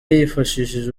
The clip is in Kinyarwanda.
yafashije